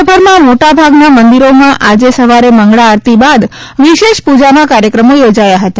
રાજ્યભરમાં મોટાભાગના મંદિરોમાં આજે સવારે મંગળા આરતી બાદ વિશેષ પૂજાના કાર્યક્રમો યોજાયા હતા